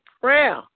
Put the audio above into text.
prayer